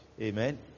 Amen